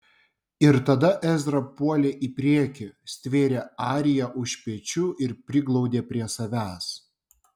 ir tada ezra puolė į priekį stvėrė ariją už pečių ir priglaudė prie savęs